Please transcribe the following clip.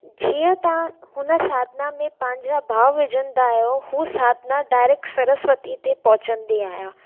जीअं तव्हां हुन साधना में पंहिंजा भावु विझंदा आहियो हू साधना डारेक्ट सरस्वती ते पहुचंदी आहियां